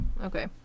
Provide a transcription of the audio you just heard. Okay